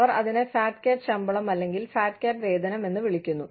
അവർ അതിനെ fat cat ശമ്പളം അല്ലെങ്കിൽ ഫാറ്റ് കാറ്റ് വേതനം എന്ന് വിളിക്കുന്നു